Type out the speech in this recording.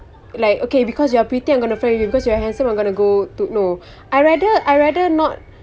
like okay because you are pretty I'm gonna friend with you because you are handsome I'm gonna go to no I rather I rather not